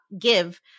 give